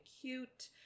cute